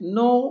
no